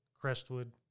Crestwood